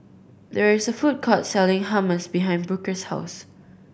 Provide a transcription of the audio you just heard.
there is a food court selling Hummus behind Booker's house